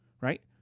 right